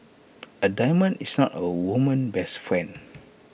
A diamond is not A woman's best friend